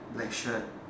black shirt